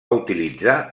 utilitzar